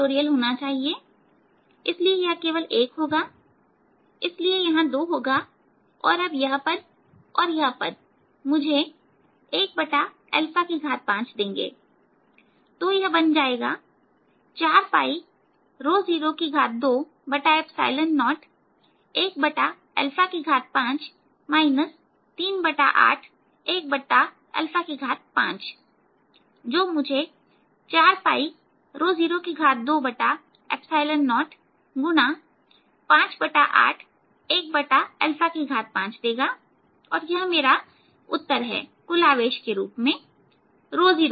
होना चाहिए इसलिए यह केवल 1 होगा और इसलिए यहां 2 होगा तो अब यह पद और यह पद मुझे 15देगा तो यह बन जाएगा 402015 3815 जो मुझे 4020x 5815और यह मेरा उत्तर है कुल आवेश के रूप में 0 का क्या